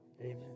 Amen